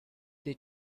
they